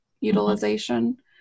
utilization